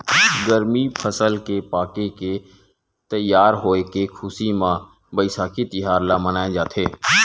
गरमी फसल के पाके के तइयार होए के खुसी म बइसाखी तिहार ल मनाए जाथे